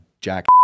jack